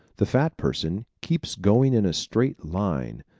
the fat person keeps going in a straight line,